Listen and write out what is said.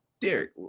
Derek